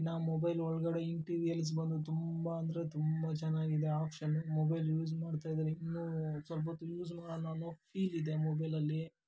ಇನ್ನೂ ಮೊಬೈಲ್ ಒಳಗಡೆ ಇಂಟೀರಿಯಲ್ಸ್ ಬಂದು ತುಂಬ ಅಂದರೆ ತುಂಬ ಚೆನ್ನಾಗಿದೆ ಆಪ್ಷನ್ನು ಮೊಬೈಲ್ ಯೂಝ್ ಮಾಡ್ತಾ ಇದ್ದರೆ ಇನ್ನೂ ಸ್ವಲ್ಪ ಹೊತ್ ಯೂಝ್ ಮಾಡೋಣ ಅನ್ನೋ ಫೀಲ್ ಇದೆ ಮೊಬೈಲಲ್ಲಿ